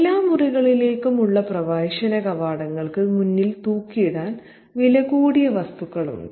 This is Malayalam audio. എല്ലാ മുറികളിലേക്കും ഉള്ള പ്രവേശന കവാടങ്ങൾക്ക് മുന്നിൽ തൂക്കിയിടാൻ വിലകൂടിയ വസ്തുക്കളുണ്ട്